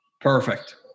perfect